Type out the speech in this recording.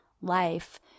life